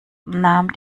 nahm